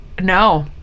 No